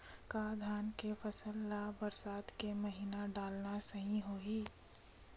का धान के फसल ल बरसात के महिना डालना सही होही?